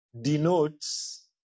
denotes